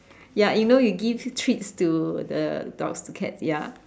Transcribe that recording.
ya you know you give treats to the dogs to cats ya